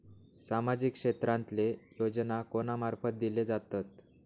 सामाजिक क्षेत्रांतले योजना कोणा मार्फत दिले जातत?